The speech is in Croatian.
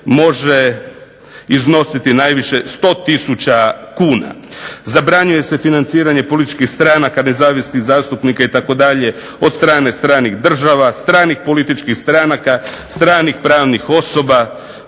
može iznositi najviše 100 tisuća kuna. Zabranjuje se financiranje političkih stranka, nezavisnih zastupnika itd., od strane stranih država, stranih političkih stranaka, stranih pravnih osoba,